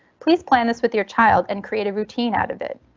please plan this with your child and create a routine out of it.